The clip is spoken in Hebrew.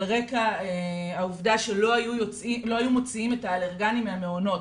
רקע העובדה שלא היו מוציאים את האלרגניים מהמעונות,